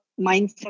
mindset